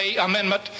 amendment